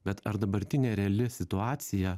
bet ar dabartinė reali situacija